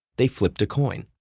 they flipped a coin.